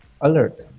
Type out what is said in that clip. alert